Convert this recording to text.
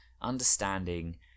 understanding